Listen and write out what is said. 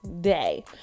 day